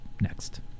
next